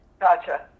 Gotcha